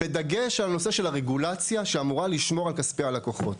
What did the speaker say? בדגש על הנושא של הרגולציה שאמורה לשמור על כספי הלקוחות.